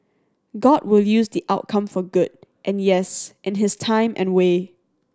god will use the outcome for good and yes in his time and way